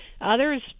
others